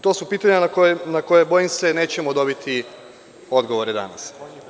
To su pitanja na koja bojim se nećemo dobiti odgovore danas.